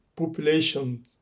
population